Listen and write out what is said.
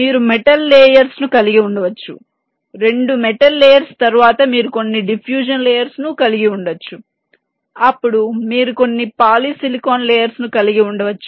మీరు metal layers ను కలిగి ఉండవచ్చు రెండు మెటల్ లేయర్స్ తరువాత మీరు కొన్ని డిఫ్యూజన్ లేయర్స్ ను కలిగి ఉండవచ్చు అప్పుడు మీరు కొన్ని పాలిసిలికాన్ లేయర్స్ ను కలిగి ఉండవచ్చు